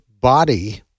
body